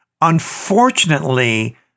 Unfortunately